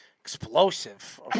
explosive